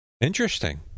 Interesting